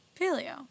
paleo